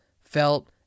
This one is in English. felt